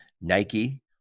Nike